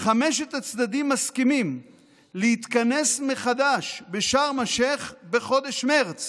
חמשת הצדדים מסכימים להתכנס מחדש בשארם א-שייח' בחודש מרץ